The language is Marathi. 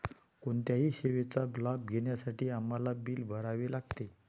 कोणत्याही सेवेचा लाभ घेण्यासाठी आम्हाला बिल भरावे लागते